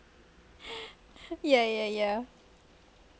ya ya ya